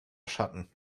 schatten